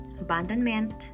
abandonment